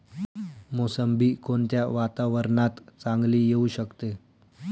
मोसंबी कोणत्या वातावरणात चांगली येऊ शकते?